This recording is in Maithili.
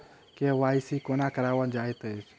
के.वाई.सी कोना कराओल जाइत अछि?